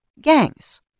Gangs